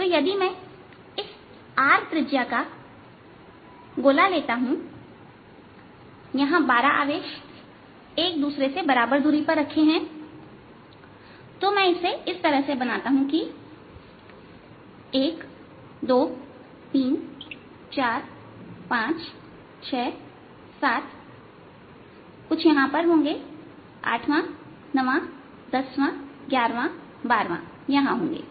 तो यदि मैं इस R त्रिज्या का गोला लेता हूं यहां 12 आवेश एक दूसरे से बराबर दूरी पर रखे हुए हैं तो मैं इसे इस तरह बनाता हूं कि 1234567 कुछ यहां पर होंगे 89101112 यहां होंगे